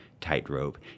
Tightrope